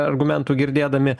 argumentų girdėdami